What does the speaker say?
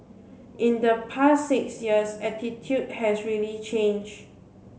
in the past six years attitude has really changed